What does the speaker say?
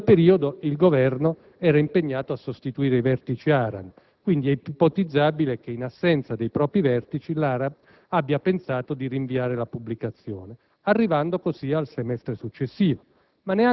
ma in quel periodo il Governo era impegnato a sostituire i vertici ARAN, quindi è ipotizzabile che, in assenza dei propri vertici, l'ARAN abbia pensato di rinviare la pubblicazione, arrivando così al semestre successivo.